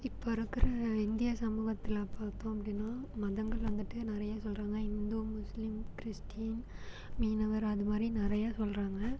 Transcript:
இப்போ இருக்கிற இந்தியா சமூகத்தில் பார்த்தோம் அப்படின்னா மதங்கள் வந்துட்டு நிறையா சொல்கிறாங்க ஹிந்து முஸ்லீம் கிறிஸ்ட்டீன் மீனவர் அது மாதிரி நிறையா சொல்கிறாங்க